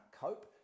cope